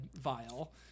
vile